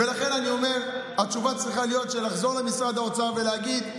ולכן אני אומר שהתשובה צריכה להיות שנחזור למשרד האוצר ונגיד,